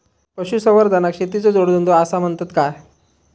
पशुसंवर्धनाक शेतीचो जोडधंदो आसा म्हणतत काय?